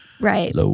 Right